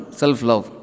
self-love